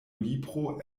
libro